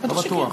לא בטוח.